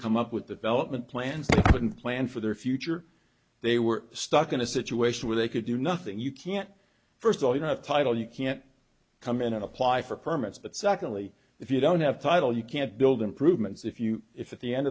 come up with the development plans they didn't plan for their future they were stuck in a situation where they could do nothing you can't first of all you have title you can't come in and apply for permits but secondly if you don't have title you can't build improvements if you if at the end